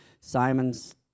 Simon's